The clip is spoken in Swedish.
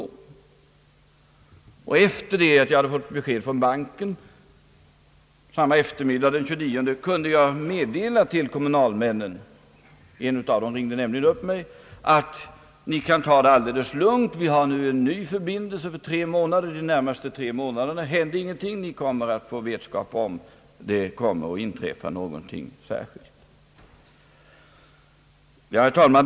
Sedan jag samma eftermiddag, den 29, fått besked från banken kunde jag meddela kommunalmännen — en av dem ringde nämligen upp mig — att de kunde ta det lugnt; vi har nu en ny förbindelse för de närmaste tre månaderna och ni kommer att få vetskap om det inträffar något särskilt. Herr talman!